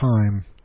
time